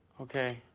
okay,